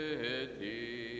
city